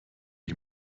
ich